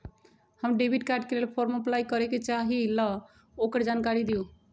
हम debit card के लेल फॉर्म अपलाई करे के चाहीं ल ओकर जानकारी दीउ?